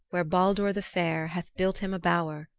where baldur the fair hath built him a bower,